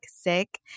Sick